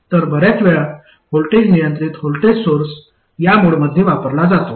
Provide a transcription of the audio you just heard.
तर बर्याच वेळा व्होल्टेज नियंत्रित व्होल्टेज सोर्स या मोडमध्ये वापरला जातो